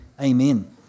amen